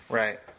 right